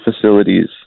facilities